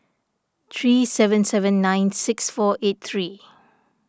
three seven seven nine six four eight three